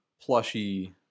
plushy